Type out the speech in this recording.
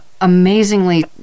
amazingly